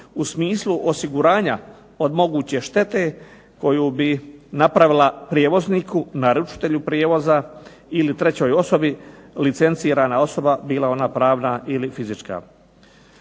u smislu osiguranja od moguće štete koju bi napravila prijevozniku, naručitelju prijevoza ili trećoj osobi licencirana osoba bila ona pravna ili fizička.